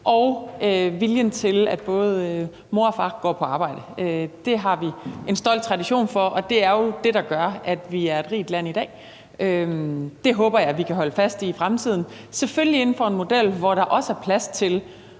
og viljen til, at både mor og far går på arbejde. Det har vi en stolt tradition for, og det er jo det, der gør, at vi er et rigt land i dag. Det håber jeg vi kan holde fast i i fremtiden, selvfølgelig inden for en model, hvor der også er plads til